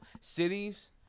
cities